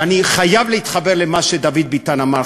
ואני חייב להתחבר למה שדוד ביטן אמר,